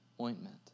ointment